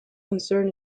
concern